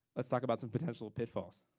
let's talk about some potential pitfalls.